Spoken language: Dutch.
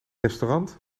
restaurant